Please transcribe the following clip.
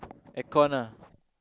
aircond lah